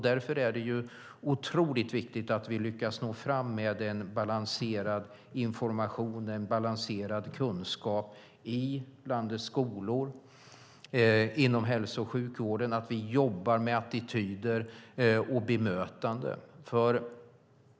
Därför är det otroligt viktigt att vi lyckas nå fram med en balanserad information och kunskap i landets skolor, inom hälso och sjukvården och att vi jobbar med attityder och bemötande.